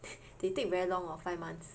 they take very long hor five months